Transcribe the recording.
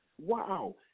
wow